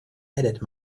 edit